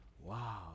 Wow